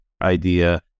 idea